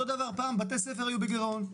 אותו דבר פעם בתי ספר היו בגירעון.